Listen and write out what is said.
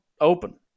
open